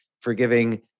forgiving